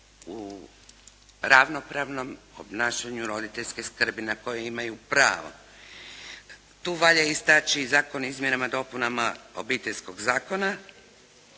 u ravnopravnom obnašanju roditeljske skrbi na koje imaju pravo. Tu valja istaći Zakon o izmjenama i dopunama Obiteljskog zakona